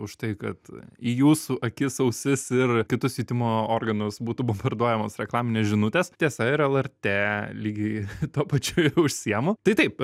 už tai kad į jūsų akis ausis ir kitus jutimo organus būtų bombarduojamos reklaminės žinutės tiesa ir lrt lygiai tuo pačiu užsiimu tai taip